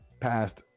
passed